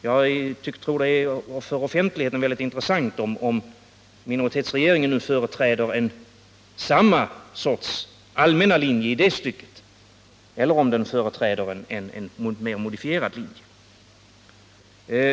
Det är för offentligheten mycket intressant att veta om minoritetsregeringen nu företräder samma allmänna linje i det stycket eller om den står för en mera modifierad linje.